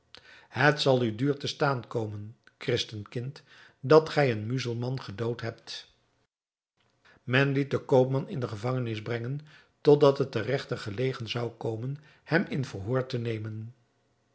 het zal u duur te staan komen christenkind dat gij een muzelman gedood hebt men liet den koopman in de gevangenis brengen tot dat het den regter gelegen zou komen hem in verhoor te nemen